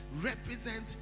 represent